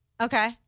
Okay